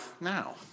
now